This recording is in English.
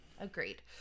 Agreed